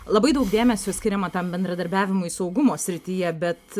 labai daug dėmesio skiriama tam bendradarbiavimui saugumo srityje bet